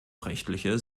rechtliche